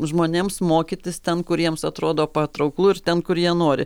žmonėms mokytis ten kur jiems atrodo patrauklu ir ten kur jie nori